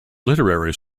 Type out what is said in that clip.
literary